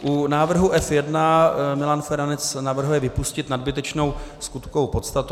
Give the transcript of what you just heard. U návrhu F1 Milan Feranec navrhuje vypustit nadbytečnou skutkovou podstatu.